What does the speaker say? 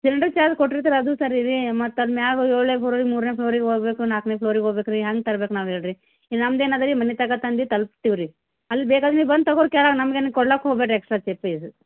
cylinder charge ಕೊಟ್ಟಿರ್ತೀರ ಅದು ಸರಿ ರೀ ಮತ್ತೆ ಅದು ಮ್ಯಾಲ ಏಳನೇ ಫ್ಲೋರಿಗೆ ಮೂರನೇ ಫ್ಲೋರಿಗೆ ಹೋಗ್ಬೇಕು ನಾಲ್ಕನೇ ಫ್ಲೋರಿಗೆ ಹೋಬೇಕು ರೀ ಹೆಂಗ್ ತರ್ಬೇಕು ನಾವು ಹೇಳಿರಿ ಇಲ್ಲಿ ನಮ್ದು ಏನು ಇದೇರಿ ಮನೆ ತನಕ ತಂದು ತಲ್ಪ್ಸ್ತೀವಿ ರೀ ಅಲ್ಲಿ ಬೇಕಾದ್ರೆ ನೀವು ಬಂದು ತೊಗೋರಿ ಕೆಳಗೆ ನಮ್ಗೇನೂ ಕೊಡ್ಲಿಕ್ ಹೋಗಬೇಡ್ರಿ ಎಕ್ಸ್ಟ್ರಾ ಚೇ ಫೀಸು